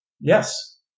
Yes